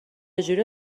جوری